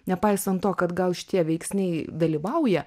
nepaisant to kad gal šitie veiksniai dalyvauja